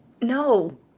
No